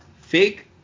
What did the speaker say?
Fake